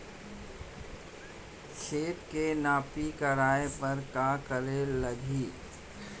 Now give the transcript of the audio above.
खेत के नापी करवाये बर का करे लागही?